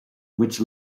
which